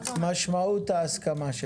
משמעות ההסכמה.